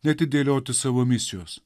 neatidėlioti savo misijos